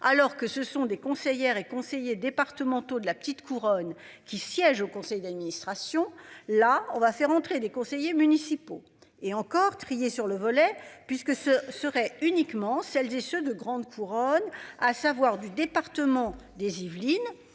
alors que ce sont des conseillères et conseillers départementaux de la petite couronne qui siège au conseil d'administration, là on va faire entrer des conseillers municipaux et encore triés sur le volet puisque ce serait uniquement celles et ceux de grande couronne, à savoir du département des Yvelines.